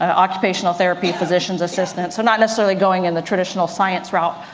occupational therapy, physician's assistant so not necessarily going in the traditional science route.